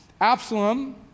Absalom